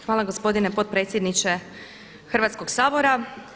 Hvala gospodine potpredsjedniče Hrvatskog sabora.